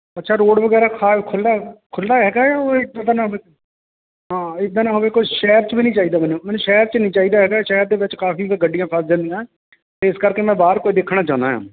ਅੱਛਾ ਰੋਡ ਵਗੈਰਾ ਖਾ ਖੁੱਲਾ ਖੁੱਲਾ ਹੈਗਾ ਹਾਂ ਉਹ ਇਦਾਂ ਨਾ ਹੋਵੇ ਹਾਂ ਇਦਾਂ ਨਾ ਹੋਵੇ ਕੋਈ ਸ਼ਹਿਰ 'ਚ ਵੀ ਨਹੀਂ ਚਾਹੀਦਾ ਮੈਨੂੰ ਮੈਨੂੰ ਸ਼ਹਿਰ 'ਚ ਨਹੀਂ ਚਾਹੀਦਾ ਹੈਗਾ ਸ਼ਹਿਰ ਦੇ ਵਿੱਚ ਕਾਫੀ ਗੱਡੀਆਂ ਫਸ ਜਾਂਦੀਆਂ ਇਸ ਕਰਕੇ ਮੈਂ ਬਾਹਰ ਕੋਈ ਦੇਖਣਾ ਚਾਹੁੰਦਾ ਹਾਂ